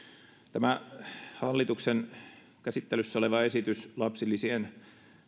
tämä käsittelyssä oleva hallituksen esitys lapsilisien